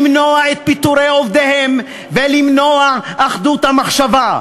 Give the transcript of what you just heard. למנוע את פיטורי עובדיהם ולמנוע אחדות המחשבה.